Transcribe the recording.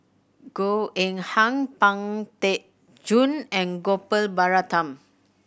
Goh Eng Han Pang Teck Joon and Gopal Baratham